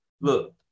look